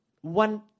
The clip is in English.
one